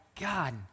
God